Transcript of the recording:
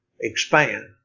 expand